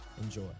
Enjoy